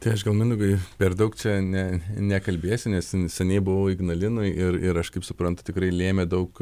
tai aš gal mindaugai per daug čia ne nekalbėsiu nes seniai buvau ignalinoj ir ir aš kaip suprantu tikrai lėmė daug